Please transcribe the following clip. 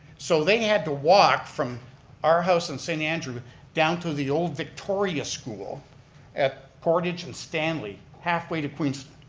so they had to walk from our house in st. andrew down to the old victoria school at portage and stanley, halfway to queenston.